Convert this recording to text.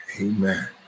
Amen